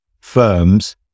firms